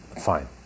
Fine